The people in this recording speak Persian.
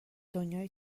دنیای